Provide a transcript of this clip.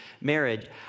marriage